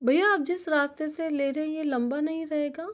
भैया आप जिस रास्ते से ले रहे हैं यह लम्बा नहीं रहेगा